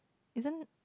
isn't